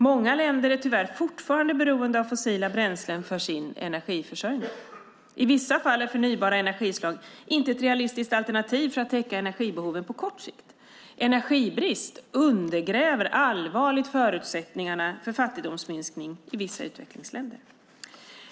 Många länder är tyvärr fortfarande beroende av fossila bränslen för sin energiförsörjning. I vissa fall är förnybara energislag inte ett realistiskt alternativ för att täcka energibehoven på kort sikt. Energibrist undergräver allvarligt förutsättningarna för fattigdomsminskning i vissa utvecklingsländer.